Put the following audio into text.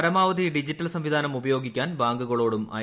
പരമാവധി ഡിജിറ്റൽ സംവിധാനം ഉപയോഗിക്കാൻ ബാങ്കുകളോടും ഐ